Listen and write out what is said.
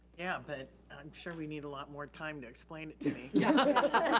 yeah, but i'm sure we'd need a lot more time to explain it to me. yeah